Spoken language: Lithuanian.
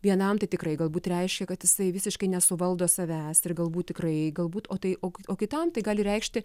vienam tai tikrai galbūt reiškia kad jisai visiškai nesuvaldo savęs ir galbūt tikrai galbūt o tai o kitam tai gali reikšti